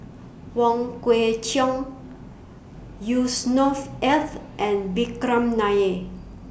Wong Kwei Cheong Yusnor Ef and Vikram Nair